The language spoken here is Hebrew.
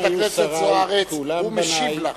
חברת הכנסת זוארץ, הוא משיב לך.